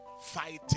fighting